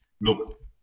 Look